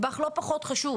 יש לנו נדבך לא פחות חשוב,